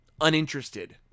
uninterested